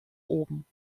oben